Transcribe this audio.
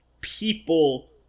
people